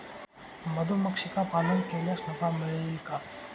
मधुमक्षिका पालन केल्यास नफा मिळेल का?